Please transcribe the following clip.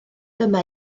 dyna